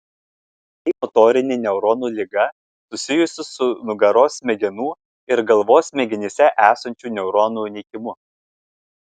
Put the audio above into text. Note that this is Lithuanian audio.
tai motorinė neuronų liga susijusi su nugaros smegenų ir galvos smegenyse esančių neuronų nykimu